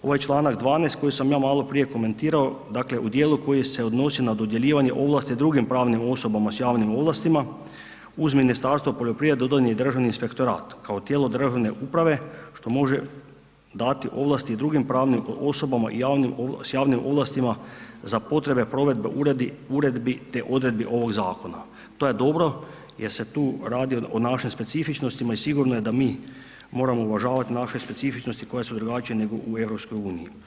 Ovaj članak 12. koji sam ja maloprije komentirao u dijelu koji se odnosi na dodjeljivanje ovlasti drugim pravnim osobama s javnim ovlastima uz Ministarstvo poljoprivrede dodan je i Državni inspektorat kao tijelo državne uprave što može dati ovlasti drugim pravnim osobama i javnim, s javnim ovlastima za potrebe provedbe uredbi, te odredbi ovog zakona, to je dobro jer se tu radi o našim specifičnostima i sigurno je da mi moramo uvažavat naše specifičnosti koje su drugačije nego u EU.